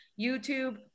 YouTube